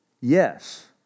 Yes